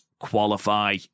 qualify